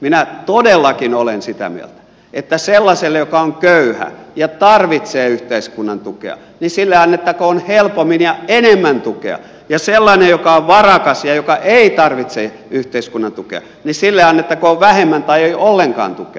minä todellakin olen sitä mieltä että sellaiselle joka on köyhä ja tarvitsee yhteiskunnan tukea annettakoon helpommin ja enemmän tukea ja sellaiselle joka on varakas ja joka ei tarvitse yhteiskunnan tukea annettakoon vähemmän tai ei ollenkaan tukea